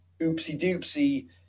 oopsie-doopsie